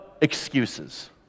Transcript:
excuses